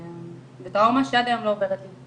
זו טראומה שעד היום לא עוברת לי,